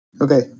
Okay